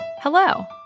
Hello